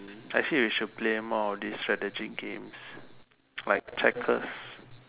I see we should play more of these strategy games like trackers